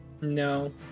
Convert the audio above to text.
No